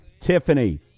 Tiffany